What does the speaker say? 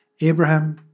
Abraham